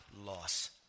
loss